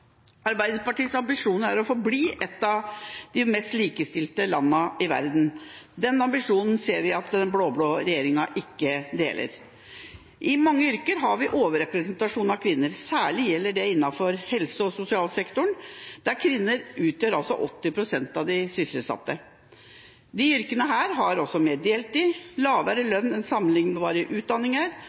Arbeiderpartiets ambisjon er at vi skal forbli et av de mest likestilte landene i verden. Den ambisjonen ser vi at den blå-blå regjeringa ikke deler. I mange yrker har vi overrepresentasjon av kvinner, særlig innenfor helse- og sosialsektoren, der kvinner utgjør 80 pst. av de sysselsatte. Disse yrkene har også mer deltid, lavere lønn enn sammenlignbare utdanninger,